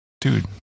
Dude